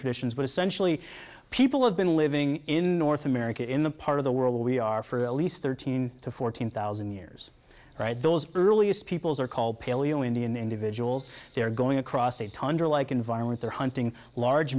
traditions but essentially people have been living in north america in the part of the world where we are for at least thirteen to fourteen thousand years right those earliest peoples are called paleo indian individuals they are going across a tundra like environment they're hunting large